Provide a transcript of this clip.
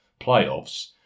playoffs